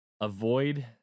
avoid